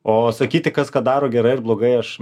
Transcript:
o sakyti kas ką daro gerai ar blogai aš